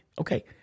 Okay